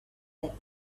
that